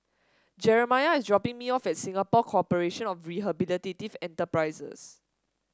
Jeremiah is dropping me off at Singapore Corporation of Rehabilitative Enterprises